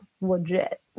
legit